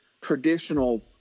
traditional